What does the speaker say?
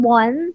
one